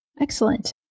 Excellent